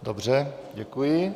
Dobře, Děkuji.